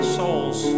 souls